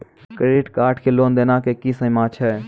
Credit card के लेन देन के की सीमा छै?